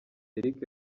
eric